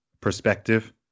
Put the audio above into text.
perspective